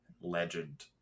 legend